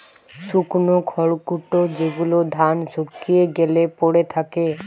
শুকনো খড়কুটো যেগুলো ধান শুকিয়ে গ্যালে পড়ে থাকে